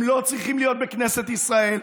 הם לא צריכים להיות בכנסת ישראל.